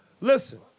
Listen